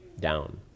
down